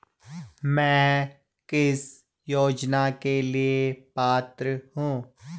मैं किस योजना के लिए पात्र हूँ?